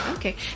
Okay